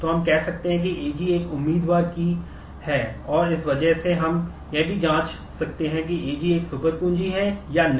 तो हम कह सकते हैं कि AG एक उम्मीदवार कुंजी है या नहीं